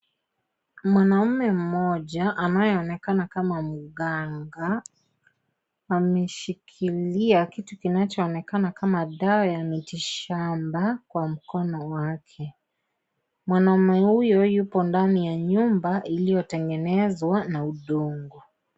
Mwanaume mmoja anayeonekana kama mganga ameshikilia kitu kinachoonekana kama dawa ya miti shamba kwa mkono wake, mwanaume huyo yupo ndani ya nyumba iliyotengenezwa na udongo.